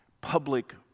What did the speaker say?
Public